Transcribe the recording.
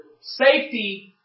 safety